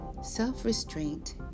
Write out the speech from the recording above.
Self-restraint